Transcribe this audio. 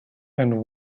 and